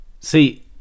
See